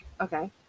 okay